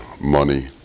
money